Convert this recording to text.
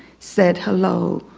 said hello,